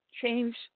Change